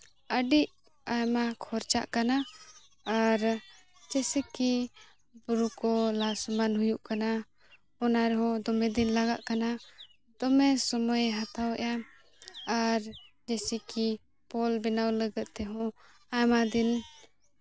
ᱟᱹᱰᱤ ᱟᱭᱢᱟ ᱠᱷᱚᱨᱪᱟᱜ ᱠᱟᱱᱟ ᱟᱨ ᱡᱮᱭᱥᱮ ᱠᱤ ᱵᱩᱨᱩ ᱠᱚ ᱞᱟ ᱥᱚᱢᱟᱱ ᱦᱩᱭᱩᱜ ᱠᱟᱱᱟ ᱚᱱᱟ ᱨᱮᱦᱚᱸ ᱫᱚᱢᱮ ᱫᱤᱱ ᱞᱟᱜᱟᱜ ᱠᱟᱱᱟ ᱫᱚᱢᱮ ᱥᱚᱢᱚᱭᱮ ᱦᱟᱛᱟᱣᱮᱫᱼᱟ ᱟᱨ ᱡᱮᱭᱥᱮ ᱠᱤ ᱯᱳᱞ ᱵᱮᱱᱟᱣ ᱞᱟᱹᱜᱤᱫ ᱛᱮᱦᱚᱸ ᱟᱭᱢᱟᱫᱤᱱ